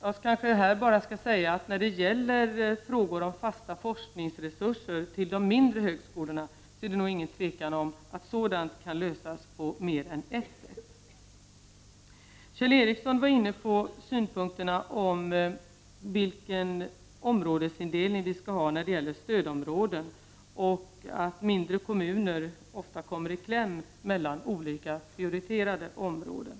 Jag skall här kanske bara säga att när det gäller frågor om fasta forskningsresurser till de mindre högskolorna är det knappast någon tvekan om att sådant kan lösas på mer än ett sätt. Kjell Ericsson hade synpunkter på vilken områdesindelning vi skall ha när det gäller stödområden och påpekade att mindre kommuner ofta kommer i kläm mellan olika prioriterade områden.